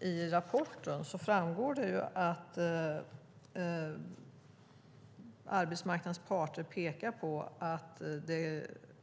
I rapporten framgår att arbetsmarknadens parter pekar på att